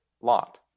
Lot